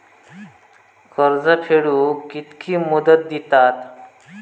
कर्ज फेडूक कित्की मुदत दितात?